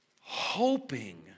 hoping